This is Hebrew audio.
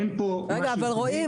אין פה משהו ייחודי אבל רועי,